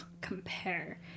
compare